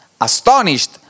astonished